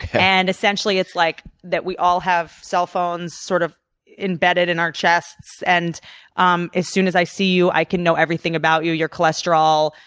and essentially it's like we all have cell phones sort of embedded in our chests, and um as soon as i see you, i can know everything about you your cholesterol,